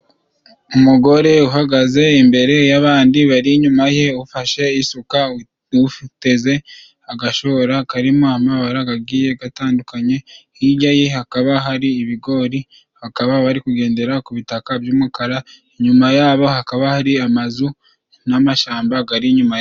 Umugore uhagaze imbere y'abandi bari inyuma ye, ufashe isuka ufi uteze agashora karimo amabara gagiye gatandukanye. Hirya ye hakaba hari ibigori, hakaba bari kugendera ku bitaka by'umukara. Inyuma yabo hakaba hari amazu n'amashamba gari inyuma ya bo.